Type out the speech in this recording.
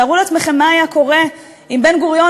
תארו לעצמכם מה היה קורה אם בן-גוריון